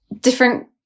different